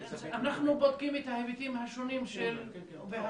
אנחנו בודקים את ההיבטים השונים וההשלכות